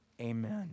amen